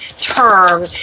term